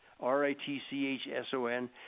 R-I-T-C-H-S-O-N